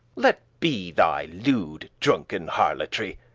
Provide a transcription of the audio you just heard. let be thy lewed drunken harlotry.